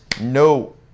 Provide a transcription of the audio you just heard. no